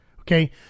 Okay